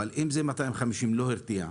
אבל אם 250 זה לא הרתיע,